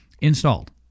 Installed